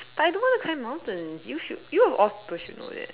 but I don't want to climb mountains you should you of all people should know that